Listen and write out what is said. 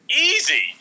easy